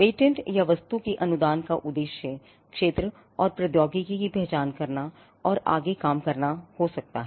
patent या वस्तु के अनुदान का उद्देश्य क्षेत्र और प्रौद्योगिकी की पहचान करना और आगे काम करना हो सकता है